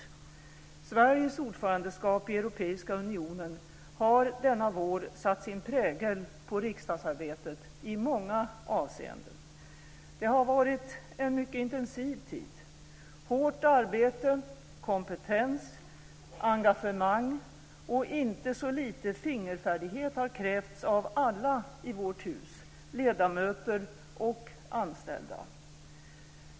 Sveriges ordförandeskap i Europeiska unionen har denna vår satt sin prägel på riksdagsarbetet i många avseenden. Det har varit en mycket intensiv tid. Hårt arbete, kompetens, engagemang och inte så lite fingerfärdighet har krävts av alla i vårt hus - ledamöter och anställda.